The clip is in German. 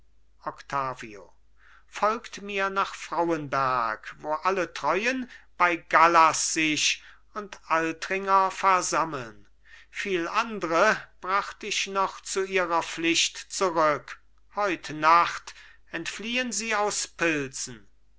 folgt mir nach frauenberg wo alle treuen bei gallas sich und altringer versammeln viel andre bracht ich noch zu ihrer pflicht zurück heut nacht entfliehen sie aus pilsen